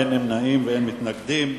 אין נמנעים ואין מתנגדים.